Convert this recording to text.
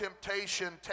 temptation